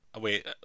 Wait